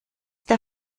der